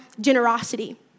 generosity